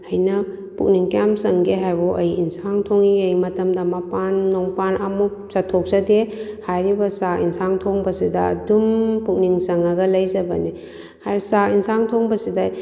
ꯑꯩꯅ ꯄꯨꯛꯅꯤꯡ ꯀꯌꯥꯝ ꯆꯪꯒꯦ ꯍꯥꯏꯕꯕꯨ ꯑꯩ ꯌꯦꯟꯁꯥꯡ ꯊꯣꯡꯉꯤꯉꯩ ꯃꯇꯝꯗ ꯃꯄꯥꯟ ꯅꯨꯡꯄꯥꯟ ꯑꯃꯨꯛ ꯆꯠꯊꯣꯛꯆꯗꯦ ꯍꯥꯏꯔꯤꯕ ꯆꯥꯛ ꯌꯦꯟꯁꯥꯡ ꯊꯣꯡꯕꯁꯤꯗ ꯑꯗꯨꯝ ꯄꯨꯛꯅꯤꯡꯆꯪꯉꯒ ꯂꯩꯖꯕꯅꯦ ꯍꯥꯏꯔ ꯆꯥꯛ ꯌꯦꯟꯁꯥꯡ ꯊꯣꯡꯕꯁꯤꯗ